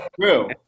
true